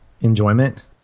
enjoyment